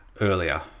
earlier